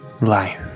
Life